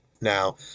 Now